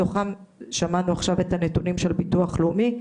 מתוכם, שמענו עכשיו את הנתונים של ביטוח לאומי,